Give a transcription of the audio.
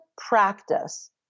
practice